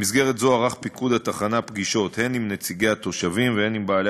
במסגרת זו ערך פיקוד התחנה פגישות הן עם נציגי התושבים והן עם בעלי